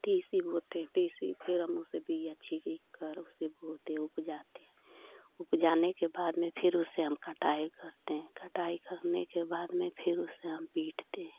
तीसी बोते हैं तीसी फ़िर हम उसे बिया छीलकर उसे बोते हैं उप जाती है उप जाने के बाद में फ़िर उसे हम कटाई करते हैं कटाई करने के बाद में फ़िर उसे हम पीटते हैं